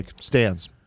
stands